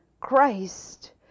Christ